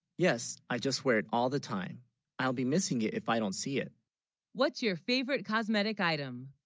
yes i just, wear it all the time i'll be missing it if i don't see it what's your favorite cosmetic item